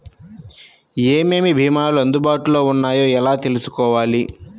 ఏమేమి భీమాలు అందుబాటులో వున్నాయో ఎలా తెలుసుకోవాలి?